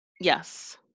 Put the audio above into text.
yes